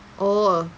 oh